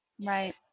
Right